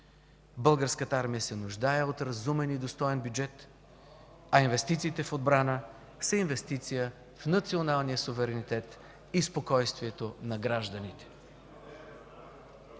Българската армия се нуждае от разумен и достоен бюджет, а инвестициите в отбрана са инвестиции в националния суверенитет и спокойствието на гражданите.